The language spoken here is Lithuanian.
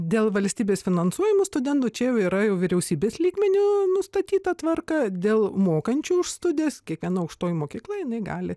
dėl valstybės finansuojamų studentų čia jau yra jau vyriausybės lygmeniu nustatyta tvarka dėl mokančių už studijas kiekviena aukštoji mokykla jinai gali